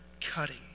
cutting